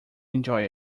enjoy